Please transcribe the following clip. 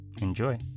Enjoy